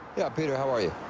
yeah, peter. how are you?